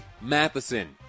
Matheson